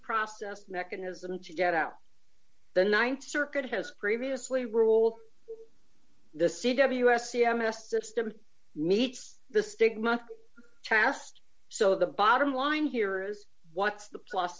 process mechanism to get out the th circuit has previously ruled the c w s c m s system meets the stigma chast so the bottom line here is what's the pl